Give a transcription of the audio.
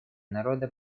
народа